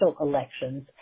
elections